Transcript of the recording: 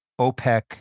OPEC